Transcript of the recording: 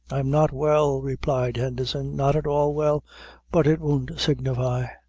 i am not well, replied henderson, not at all well but it won't signify.